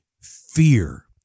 fear